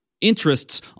interests